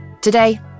Today